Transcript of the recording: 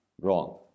Wrong